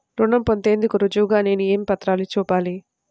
రుణం పొందేందుకు రుజువుగా నేను ఏ పత్రాలను చూపాలి?